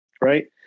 Right